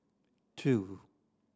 two